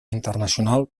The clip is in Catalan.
internacional